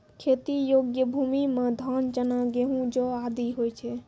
खेती योग्य भूमि म धान, चना, गेंहू, जौ आदि होय छै